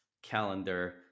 calendar